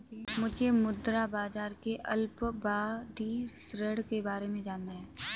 मुझे मुद्रा बाजार के अल्पावधि ऋण के बारे में जानना है